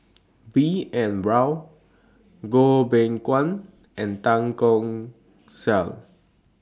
B N Rao Goh Beng Kwan and Tan Keong Saik